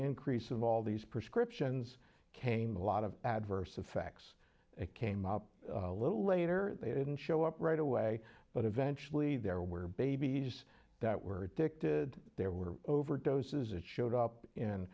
increase of all these prescriptions came a lot of adverse effects it came up a little later they didn't show up right away but eventually there were babies that were addicted there were overdoses it showed up in